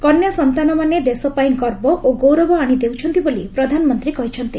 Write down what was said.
କନ୍ୟା ସନ୍ତାନମାନେ ଦେଶ ପାଇଁ ଗର୍ବ ଓ ଗୌରବ ଆଣି ଦେଉଛନ୍ତି ବୋଲି ପ୍ରଧାନମନ୍ତ୍ରୀ କହିଛନ୍ତି